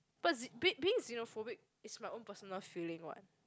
but xe~ be~ being xenophobic is my own personal feeling what